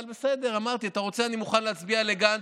אבל בסדר, אמרתי: אתה רוצה, אני מוכן להצביע לגנץ,